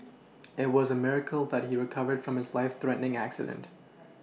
it was a miracle but he recovered from his life threatening accident